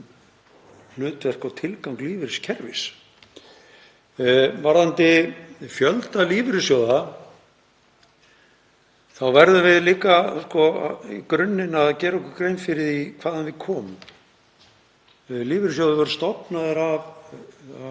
hlutverk og tilgang lífeyriskerfis. Varðandi fjölda lífeyrissjóða þá verðum við líka í grunninn að gera okkur grein fyrir hvaðan við komum. Lífeyrissjóðir voru stofnaðir af